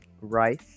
rice